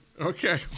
Okay